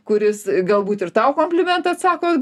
kuris galbūt ir tau komplimentą atsako